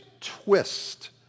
twist